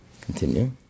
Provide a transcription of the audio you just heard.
Continue